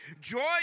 Joy